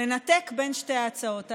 לנתק בין שתי ההצעות האלה.